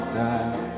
time